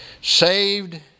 Saved